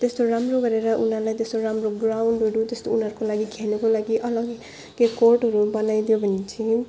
त्यस्तो राम्रो गरेर उनीहरूलाई त्यस्तो राम्रो ग्राउन्डहरू त्यस्तो उनीहरूको लागि खेल्नको लागि अलग्गै के कोर्टहरू बनाइदियो भने